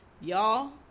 Y'all